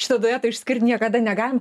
šito dueto išskirt niekada negalim